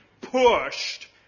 pushed